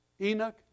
Enoch